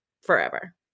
forever